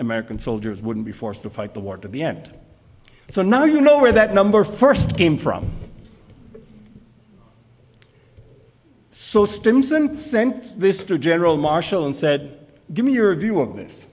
american soldiers wouldn't be forced to fight the war to the end so now you know where that number first came from so stimson sent this to general marshall and said give me your view of this